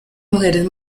mujeres